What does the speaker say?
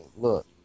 Look